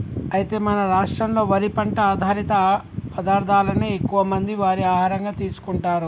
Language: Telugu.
అయితే మన రాష్ట్రంలో వరి పంట ఆధారిత పదార్థాలనే ఎక్కువ మంది వారి ఆహారంగా తీసుకుంటారు